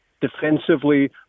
defensively